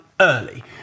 early